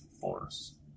force